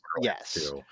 Yes